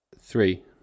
Three